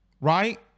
right